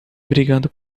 brigando